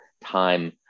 time